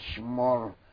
more